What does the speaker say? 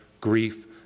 grief